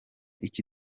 iki